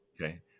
okay